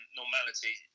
normality